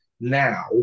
Now